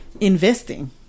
investing